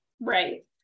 Right